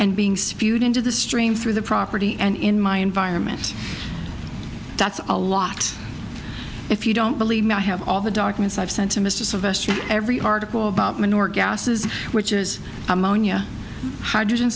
and being spewed into the stream through the property and in my environment that's a lot if you don't believe me i have all the documents i've sent to mr sylvester every article about minorca gases which is ammonia hydrogen